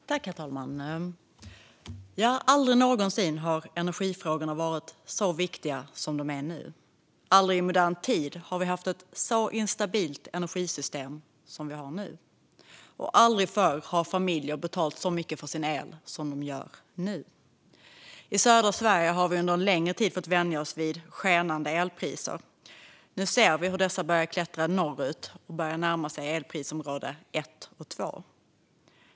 Herr talman! Aldrig någonsin har energifrågorna varit så viktiga som de är nu. Aldrig i modern tid har vi haft ett så instabilt energisystem som vi har nu, och aldrig förr har familjer betalat så mycket för sin el som de gör nu. I södra Sverige har vi under en längre tid fått vänja oss vid skenande elpriser. Nu ser vi hur dessa börjar klättra norrut och börjar närma sig elprisområde 1 och 2.